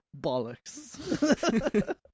Bollocks